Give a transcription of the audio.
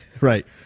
right